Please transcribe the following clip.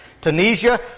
Tunisia